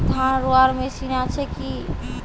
ধান রোয়ার মেশিন আছে কি?